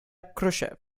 khrushchev